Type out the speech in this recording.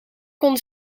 kon